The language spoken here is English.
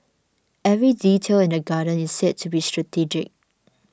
every detail in the garden is said to be strategic